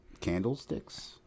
candlesticks